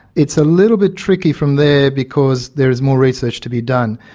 it's a little bit tricky from there because there is more research to be done.